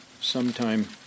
sometime